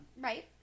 Right